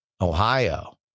Ohio